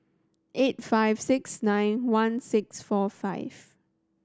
eight five six nine one six four five